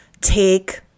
take